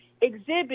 exhibit